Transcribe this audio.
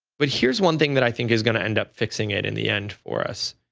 but here's one thing that i think is going to end up fixing it in the end for us.